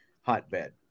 hotbed